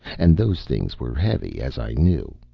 and those things were heavy, as i knew.